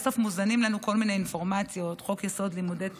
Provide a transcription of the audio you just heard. בסוף מוזנות לנו כל מיני אינפורמציות: חוק-יסוד: לימודי תורה,